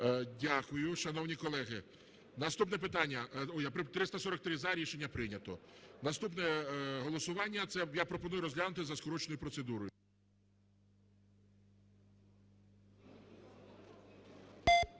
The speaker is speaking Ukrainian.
Дякую. Шановні колеги, наступне питання… 343 – за, рішення прийнято. Наступне голосування, це я пропоную розглянути за скороченою процедурою.